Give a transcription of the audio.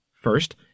First